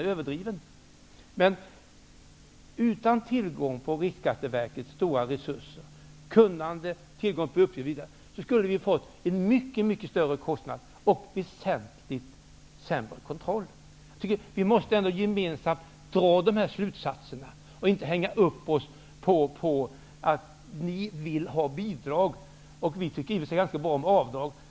I varje fall skulle vi, utan tillgång till Riksskatteverkets stora resurser och kunnande, fått en mycket större kostnad och väsentligt sämre kontroll. Vi måste ändå gemensamt dra dessa slutsatser och inte hänga upp oss på att ni vill ha bidrag och vi tycker givetvis ganska bra om bidrag.